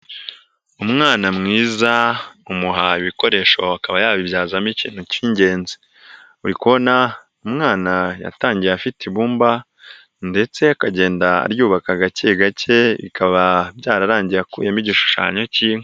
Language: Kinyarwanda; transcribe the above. Umwana mwiza umuha ibikoresho akaba yabibyazamo ikintu cy'ingenzi, uri kubona umwana yatangiye afite ibumba ndetse akagenda aryubaka agake gake, bikaba byararangiye akuyemo igishushanyo cy'inka.